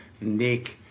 Nick